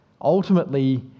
ultimately